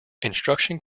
instruction